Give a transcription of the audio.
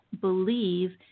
believe